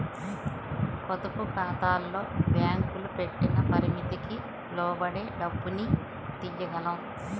పొదుపుఖాతాల్లో బ్యేంకులు పెట్టిన పరిమితికి లోబడే డబ్బుని తియ్యగలం